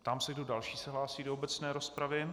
Ptám se, kdo další se hlásí do obecné rozpravy.